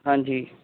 ਹਾਂਜੀ